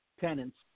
tenants